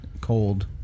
cold